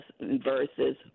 versus